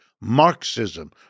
Marxism